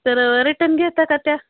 तरं रिटर्न घेता का त्या